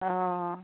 অঁ